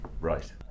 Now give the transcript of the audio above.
right